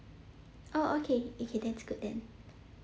oh okay okay that's good then